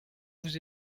vous